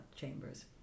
Chambers